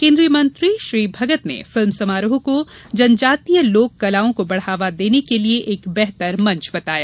केन्द्रीय मंत्री श्री भगत ने फिल्म समारोह को जनजातीय लोक कलाओं को बढ़ावा देने के लिये एक बेहतर मंच बताया